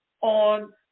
on